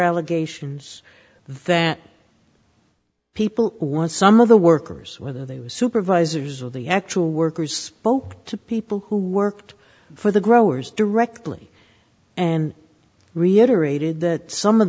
allegations that people want some of the workers whether they were supervisors or the actual workers spoke to people who worked for the growers directly and reiterated that some of